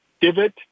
divot